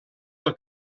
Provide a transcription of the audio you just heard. del